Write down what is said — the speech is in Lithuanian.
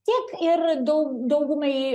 tiek ir daug daugumai